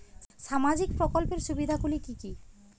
সামাজিক প্রকল্পের সুবিধাগুলি কি কি?